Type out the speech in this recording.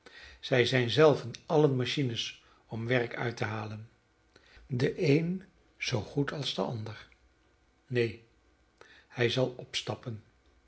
zij zijn zelven allen machines om werk uit te halen de een zoo goed als de ander neen hij zal opstappen